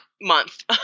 month